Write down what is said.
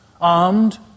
Armed